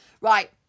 Right